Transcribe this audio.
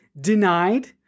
denied